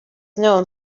known